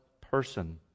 person